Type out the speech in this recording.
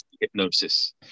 hypnosis